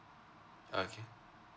okay